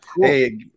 Hey